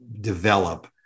develop